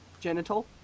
Genital